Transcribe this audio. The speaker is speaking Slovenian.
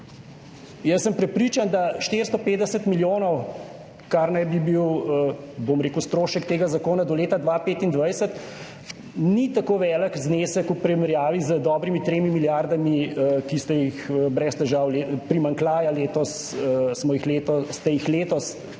jaz sem prepričan, da 450 milijonov, kar naj bi bil, bom rekel, strošek tega zakona do leta 2025, ni tako velik znesek v primerjavi z dobrimi 3 milijardami, ki ste jih brez težav, primanjkljaja, letos smo jih letos, ste jih letos sprejeli